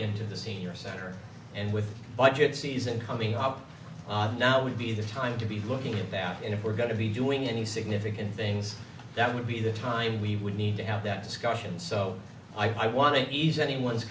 into the senior center and with budget season coming up now would be the time to be looking at that and if we're going to be doing any significant things that would be the time we would need to have that discussion so i want to ease anyone's